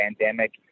pandemic